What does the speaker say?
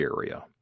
area